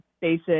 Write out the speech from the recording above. basic